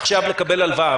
עכשיו לקבל הלוואה,